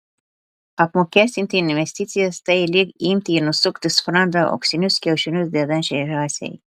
apmokestinti investicijas tai lyg imti ir nusukti sprandą auksinius kiaušinius dedančiai žąsiai